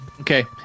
okay